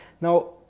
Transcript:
Now